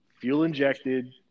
fuel-injected